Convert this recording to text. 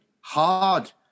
hard